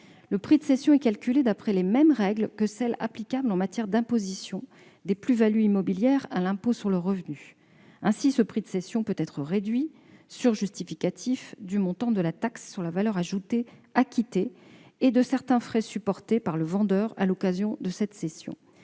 Le prix de cession est calculé d'après les mêmes règles que celles qui sont applicables en matière d'imposition des plus-values immobilières à l'impôt sur le revenu. Ainsi, ce prix de cession peut être réduit, sur justificatifs, du montant de la taxe sur la valeur ajoutée acquittée et de certains frais supportés par le vendeur à l'occasion de cette cession.